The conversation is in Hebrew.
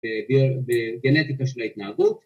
‫בגנ...בגנטיקה של ההתנהגות.